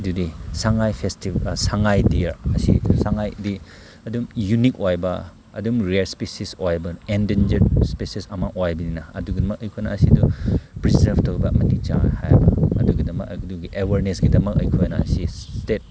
ꯑꯗꯨꯗꯤ Sangai festival Sangai deer ꯑꯁꯤ ꯁꯉꯥꯏꯗꯤ ꯑꯗꯨꯝ ꯌꯨꯅꯤꯛ ꯑꯣꯏꯕ ꯑꯗꯨꯝ ꯔꯦꯔ ꯏꯁꯄꯤꯁꯤꯁ ꯑꯣꯏꯕ ꯑꯦꯟꯗꯦꯟꯖꯔ ꯏꯁꯄꯦꯁꯤꯁ ꯑꯃ ꯑꯣꯏꯕꯅꯤꯅ ꯑꯗꯨꯒꯤꯗꯃꯛ ꯑꯩꯈꯣꯏꯅ ꯑꯁꯤꯗꯨ ꯄ꯭ꯔꯤꯖꯥꯕ ꯇꯧꯕ ꯑꯃꯗꯤ ꯆꯪꯉꯦ ꯍꯥꯏꯕ ꯑꯗꯨꯒꯤꯗꯃꯛ ꯑꯗꯨꯒꯤ ꯑꯦꯋꯥꯔꯅꯦꯁꯀꯤꯗꯃꯛ ꯑꯩꯈꯣꯏꯅ ꯁꯤ ꯏꯁꯇꯦꯠ